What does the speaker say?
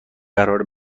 قراره